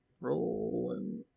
Rolling